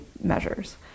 measures